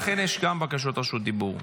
גם לכם יש בקשות רשות דיבור.